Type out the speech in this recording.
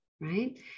right